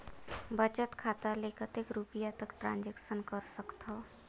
बचत खाता ले कतेक रुपिया तक ट्रांजेक्शन कर सकथव?